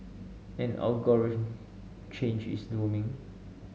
an algorithm change is looming